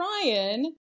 Ryan